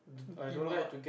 devil ah